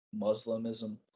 muslimism